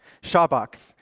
shabaks,